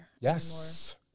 Yes